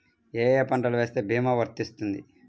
ఏ ఏ పంటలు వేస్తే భీమా వర్తిస్తుంది?